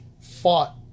fought